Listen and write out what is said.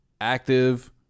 active